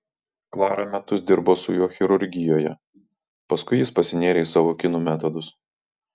klara metus dirbo su juo chirurgijoje paskui jis pasinėrė į savo kinų metodus